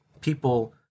people